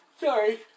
Sorry